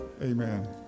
amen